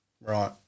Right